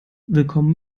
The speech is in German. willkommen